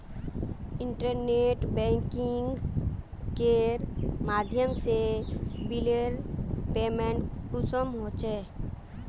Internet banking के माध्यम से बिलेर पेमेंट कुंसम होचे?